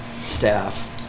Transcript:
staff